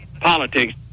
politics